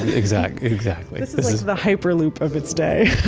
exact, exactly this this is the hyperloop of its day.